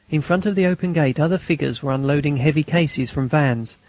in front of the open gate other figures were unloading heavy cases from vans.